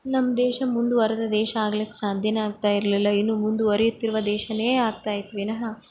ನಮ್ಮ ದೇಶ ಮುಂದ್ವರಿದ ದೇಶ ಆಗಲಿಕ್ಕೆ ಸಾಧ್ಯ ಆಗ್ತಾಯಿರಲಿಲ್ಲ ಇನ್ನು ಮುಂದುವರಿಯುತ್ತಿರುವ ದೇಶ ಆಗ್ತಾಯಿತ್ತು ವಿನಃ